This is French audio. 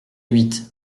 huit